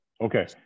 Okay